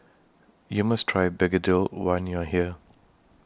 YOU must Try Gegedil when YOU Are here